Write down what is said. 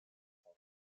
sont